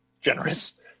Generous